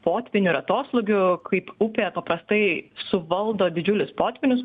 potvynių ir atoslūgių kaip upė paprastai suvaldo didžiulius potvynius